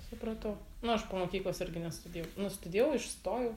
supratau nu aš po mokyklos irgi nestudijau nu studijau išstojau